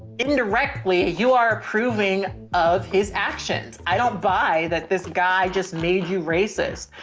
indirectly you are approving of his actions. i don't buy that. this guy just made you racist.